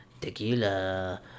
Tequila